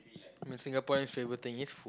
the Singaporean favourite thing is